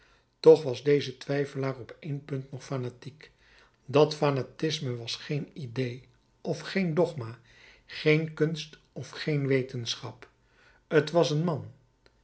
toch was deze twijfelaar op één punt nog fanatiek dat fanatisme was geen idee of geen dogma geen kunst of geen wetenschap t was een man